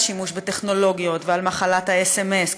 על השימוש בטכנולוגיות ועל מחלת הסמ"ס,